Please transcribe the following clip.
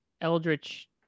Eldritch